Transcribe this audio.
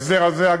ההסדר הזה,